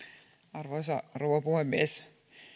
arvoisa rouva puhemies